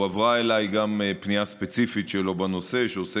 וגם חברי הכנסת ווליד טאהא ועאידה תומא סלימאן מבקשים לשאול שאלה